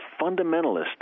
fundamentalist